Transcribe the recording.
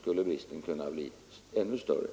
skulle bristen kunna bli ännu större.